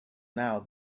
now